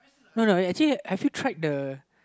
no no actually have you tried the